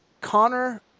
Connor